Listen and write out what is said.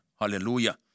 Hallelujah